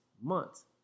months